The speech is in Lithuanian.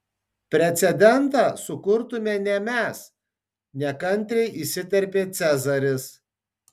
precedentą sukurtume ne mes nekantriai įsiterpė cezaris